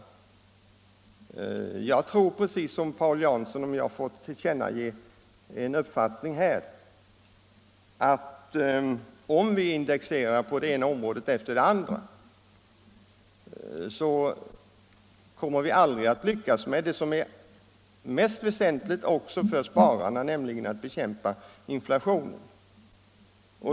Om jag får tillkännage min uppfattning så tror jag precis som herr Jansson, att om vi indexerar på det ena området efter det andra så kommer vi aldrig att lyckas med det som är mest väsentligt också för spararna, nämligen att bekämpa inflationen.